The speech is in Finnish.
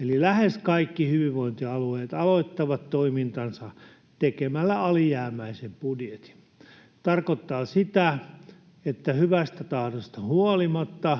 Eli lähes kaikki hyvinvointialueet aloittavat toimintansa tekemällä alijäämäisen budjetin. Se tarkoittaa sitä, että hyvästä tahdosta huolimatta